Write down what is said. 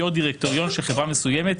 יושב-ראש דירקטוריון של חברה מסוימת,